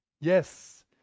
Yes